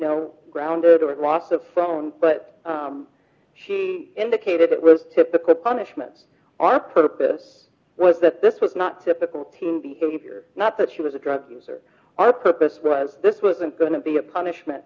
got grounded or loss of but she indicated it was typical punishment our purpose was that this was not typical teen behavior not that she was a drug user our purpose was this wasn't going to be a punishment